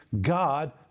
God